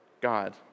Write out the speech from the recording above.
God